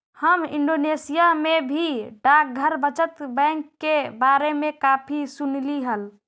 हम इंडोनेशिया में भी डाकघर बचत बैंक के बारे में काफी सुनली हल